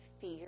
fear